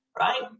Right